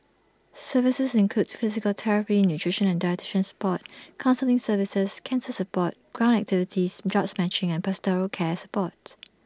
services include physical therapy nutrition and dietitian support counselling services cancer support ground activities jobs matching and pastoral care support